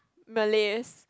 Malays